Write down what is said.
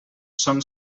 són